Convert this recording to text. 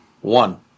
One